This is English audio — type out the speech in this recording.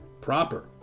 proper